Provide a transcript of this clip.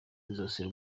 masozera